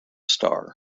star